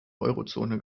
eurozone